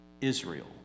Israel